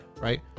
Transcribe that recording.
Right